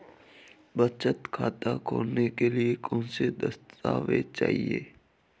बचत खाता खोलने के लिए कौनसे दस्तावेज़ चाहिए?